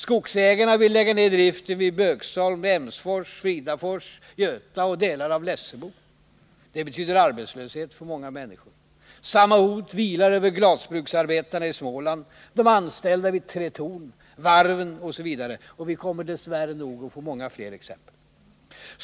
Skogsägarna vill lägga ned driften vid Böksholm, Emsfors, Fridafors, Göta och delar av Lessebo. Det betyder arbetslöshet för många människor. Samma hot vilar över glasbruksarbetarna i Småland, de anställda vid Tretorn, varven osv., och vi kommer nog dess värre att få många fler exempel.